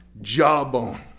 jawbone